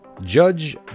Judge